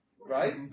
Right